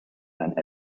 and